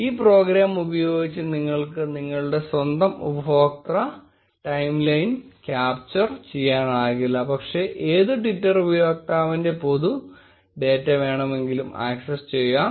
ഈ പ്രോഗ്രാം ഉപയോഗിച്ച് നിങ്ങൾക്ക് നിങ്ങളുടെ സ്വന്തം ഉപയോക്തൃ ടൈംലൈൻ ക്യാപ്ചർ ചെയ്യാനാകില്ല പക്ഷെ ഏത് ട്വിറ്റർ ഉപയോക്താവിന്റെ പൊതു ഡാറ്റ വേണമെങ്കിലും അക്സസ്സ് ചെയ്യാം